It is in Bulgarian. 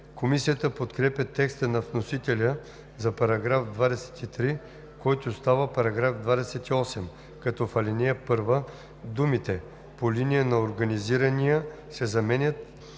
Комисията подкрепя текста на вносителя за § 23, който става § 28, като в ал. 1 думите „по линия на организирания“ се заменят